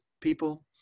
people